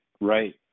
Right